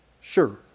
Sure